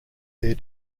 their